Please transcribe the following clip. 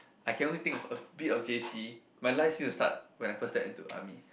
I can only think about a bit of j_c my life seem to start when I first step into army